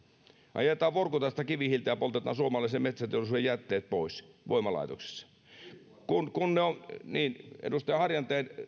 ajetaan vorkutasta kivihiiltä ja poltetaan suomalaisen metsäteollisuuden jätteet pois voimalaitoksissa niin edustaja harjanteen